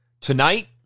Tonight